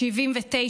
79,